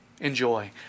Enjoy